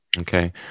Okay